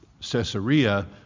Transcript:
Caesarea